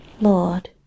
Lord